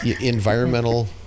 Environmental